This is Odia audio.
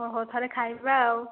ଓହୋ ଥରେ ଖାଇବା ଆଉ